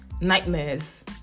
nightmares